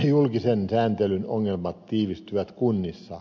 julkisen sääntelyn ongelmat tiivistyvät kunnissa